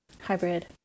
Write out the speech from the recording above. Hybrid